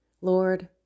Lord